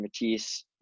Matisse